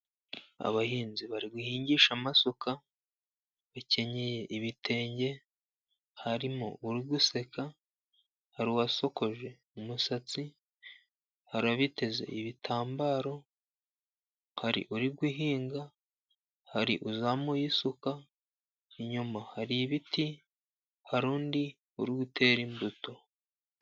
Abahinzi bari guhingisha amasuka bakenyeye ibitenge, harimo uri guseka, hari uwasokoje umusatsi , hari abiteze ibitambaro, hari uri guhinga, hari uzamuye isuka, inyuma hari ibiti, hari undi uri gutera imbuto.